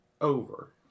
over